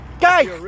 guys